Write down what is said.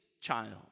child